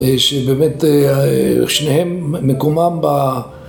שבאמת שניהם מקומם ב